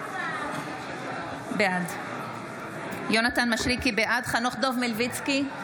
בעד חנוך דב מלביצקי,